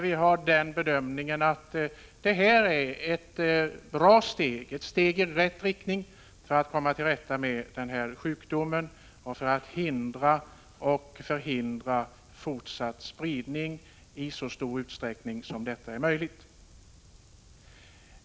Vi har bedömt att detta är ett steg i rätt riktning för att komma till rätta med sjukdomen och för att förhindra fortsatt spridning i så stor utsträckning som detta är möjligt.